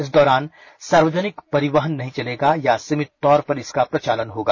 इस दौरान सार्वजनिक परिवहन नहीं चलेगा या सीमित तौर पर इसका प्रचालन होगा